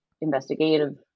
investigative